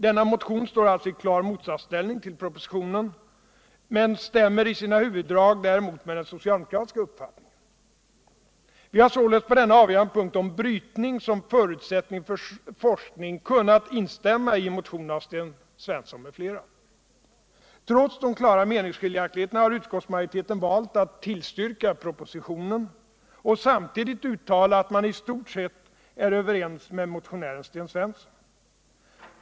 Denna motion står alltså i klar motsatsställning till propositionen men stämmer i sina huvuddrag däremot med den socialdemokratiska uppfattningen. Vi har således på denna avgörande punkt om brytning som förutsättning för forskning kunnat instämma i motionen av Sten Svensson m.fl. Trots de klara meningsskiljaktigheterna har utskottsmajoriteten valt att tillstyrka propositionen och samtidigt uttala, att man i stort sett är överens med motionären Sten Svensson.